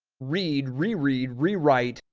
read reread, rewrite,